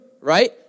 right